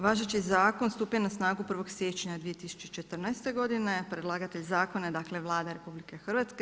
Važeći zakon stupio je na snagu 1. siječnja 2014. godine, predlagatelj zakona je Vlada RH.